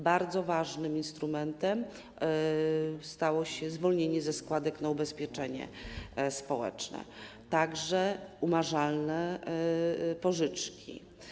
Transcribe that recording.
Bardzo ważnymi instrumentami stały się zwolnienie ze składek na ubezpieczenie społeczne, a także umarzalne pożyczki.